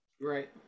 Right